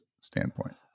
standpoint